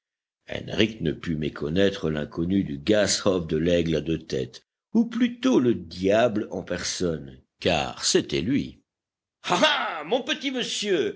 henrich ne put méconnaître l'inconnu du gasthof de l aigle à deux têtes ou plutôt le diable en personne car c'était lui ah ah mon petit monsieur